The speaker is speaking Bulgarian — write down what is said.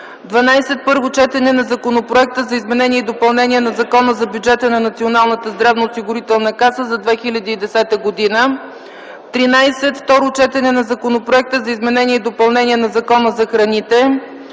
12. Първо четене на законопроекта за изменение и допълнение на Закона за бюджета на Националната здравноосигурителна каса за 2010 г. 13. Второ четене на законопроекта за изменение и допълнение на Закона за храните.